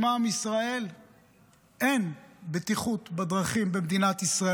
שמע, עם ישראל, אין בטיחות בדרכים במדינת ישראל.